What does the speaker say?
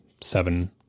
seven